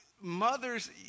mothers